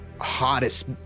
hottest